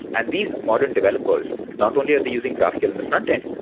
and these modern developers, not only are they using graphql in the frontend,